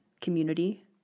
community